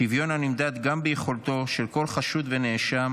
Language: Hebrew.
שוויון הנמדד גם ביכולתו של כל חשוד ונאשם